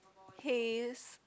haste